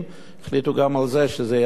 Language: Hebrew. החליטו גם על זה שזה יהיה הדרגתי.